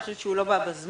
אני חושבת שהוא לא בא בזמן.